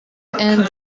and